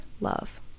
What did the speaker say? love